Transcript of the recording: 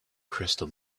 crystal